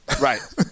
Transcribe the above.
Right